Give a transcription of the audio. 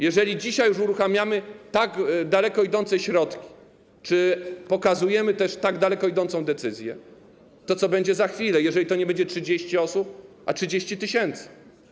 Jeżeli dzisiaj już uruchamiamy tak daleko idące środki czy też pokazujemy tak daleko idącą decyzję, to co będzie za chwilę, jeżeli to nie będzie 30 osób, a 30 tys.